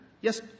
Yes